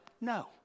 no